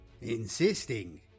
insisting